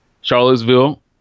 Charlottesville